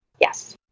Yes